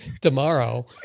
tomorrow